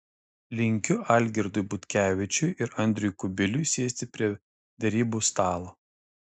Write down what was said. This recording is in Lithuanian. linkiu algirdui butkevičiui ir andriui kubiliui sėsti prie derybų stalo